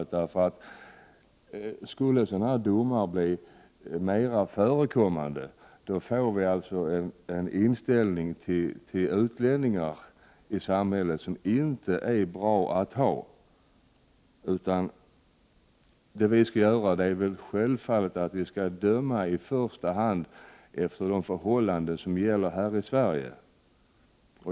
Om sådana domar skulle bli mer vanligt förekommande, skulle det nämligen leda till en inställning till utlänningar i samhället som inte är bra. Domstolarna i Sverige måste naturligtvis i första hand döma i enlighet med de förhållanden som gäller här i Sverige.